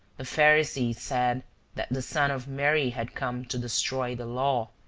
the pharisees said that the son of mary had come to destroy the law,